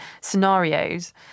scenarios